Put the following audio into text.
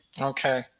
Okay